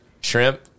Shrimp